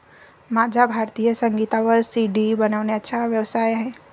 माझा भारतीय संगीतावर सी.डी बनवण्याचा व्यवसाय आहे